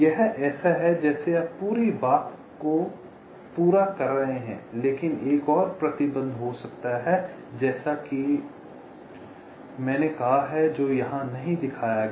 यह ऐसा है जैसे आप पूरी बात को पूरा कर रहे हैं लेकिन एक और प्रतिबंध हो सकता है जैसा कि मैंने कहा है जो यहां नहीं दिखाया गया है